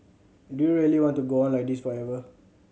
do you really want to go on like this forever